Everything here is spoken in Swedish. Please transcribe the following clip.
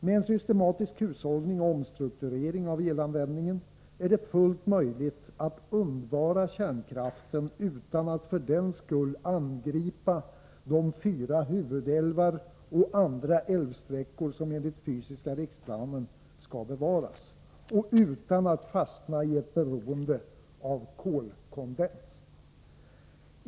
Med en systematisk hushållning och omstrukturering av elanvändningen är det fullt möjligt att undvara kärnkraften utan att för den skull angripa de fyra huvudälvar och andra älvsträckor som enligt den fysiska riksplanen skall bevaras och utan att fastna i ett beroende av kolkondens.